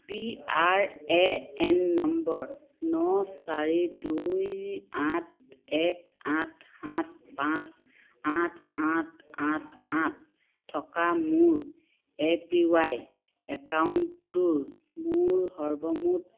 P R A N number ন চাৰি দুই আঠ এক আঠ সাত পাঁচ আঠ আঠ আঠ আঠ থকা মোৰ এ পি ৱাই একাউণ্টটোৰ মোৰ সৰ্বমুঠ